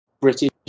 British